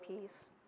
peace